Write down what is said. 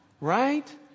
Right